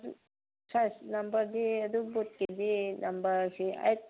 size ꯅꯝꯕꯔꯗꯤ ꯑꯗꯨ ꯕꯨꯠꯀꯤꯗꯤ ꯅꯝꯕꯔꯁꯤ ꯑꯩꯠ